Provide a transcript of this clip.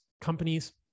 companies